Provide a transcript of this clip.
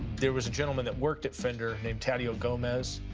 there was a gentleman that worked at fender named tadeo gomez.